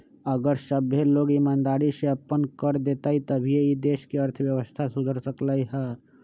अगर सभ्भे लोग ईमानदारी से अप्पन कर देतई तभीए ई देश के अर्थव्यवस्था सुधर सकलई ह